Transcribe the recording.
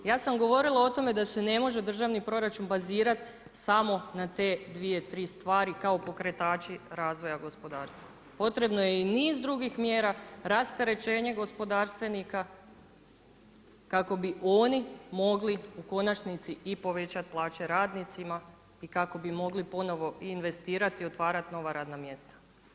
Ja sam govorila o tome da se ne može državni proračun bazirati samo na te 2, 3 stvari kao pokretača razvoja gospodarstva, potrebno je i niz drugih mjera, rasterećenje gospodarstvenika kako bi oni mogli u konačnici i povećati plaće radnicima i kako bi mogli ponovno investirati i otvarati nova radna mjesta.